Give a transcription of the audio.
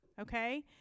okay